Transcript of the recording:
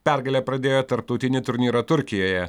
pergale pradėjo tarptautinį turnyrą turkijoje